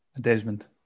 Desmond